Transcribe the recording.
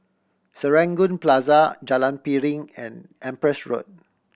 Serangoon Plaza Jalan Piring and Empress Road